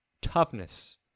toughness